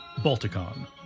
Balticon